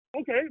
Okay